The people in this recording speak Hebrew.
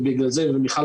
ומיכל,